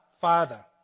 Father